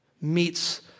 meets